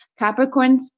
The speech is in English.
Capricorns